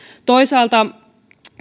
toisaalta